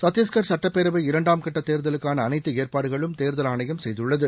சத்தீஷ்கர் சட்டப்பேரவை இரண்டாம் கட்ட தேர்தலுக்கான அனைத்து ஏற்பாடுகளும் தேர்தல் ஆணையம் செய்துள்ளது